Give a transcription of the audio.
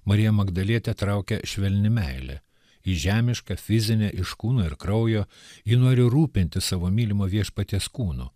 mariją magdalietę traukia švelni meilė į žemišką fizinę iš kūno ir kraujo ji nori rūpintis savo mylimo viešpaties kūnu